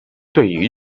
对于